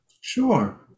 sure